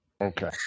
Okay